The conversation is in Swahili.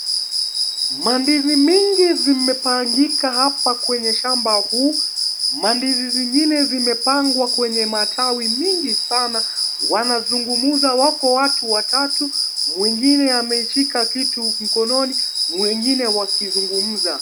Mandizi mingi zimepangika hapa kwenye shamba huu mandizi zingine zimepangwa kwenye matawi mingi sana wanazungumza wako watu watatu , mwingine ameshika kitu mkononi mwingine wakizungumza.